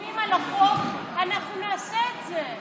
שבדיונים על החוק אנחנו נעשה את זה.